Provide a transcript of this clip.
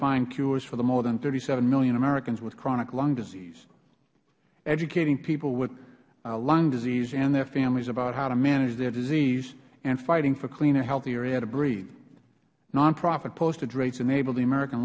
find cures for the more than thirty seven million americans with chronic lung disease educating people with lung disease and their families about how to manage their disease and fighting for cleaner healthier air to breathe nonprofit postage rates enable the american